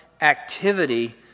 activity